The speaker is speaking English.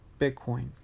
Bitcoin